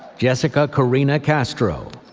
jessica karina castro,